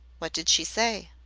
what did she say?